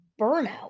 burnout